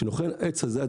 שעץ הזית,